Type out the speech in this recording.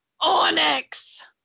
Onyx